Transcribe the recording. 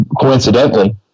Coincidentally